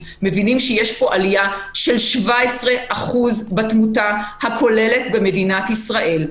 מבינים שיש פה עלייה של 17% בתמותה הכוללת במדינת ישראל,